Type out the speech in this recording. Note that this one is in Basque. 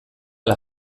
ala